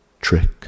trick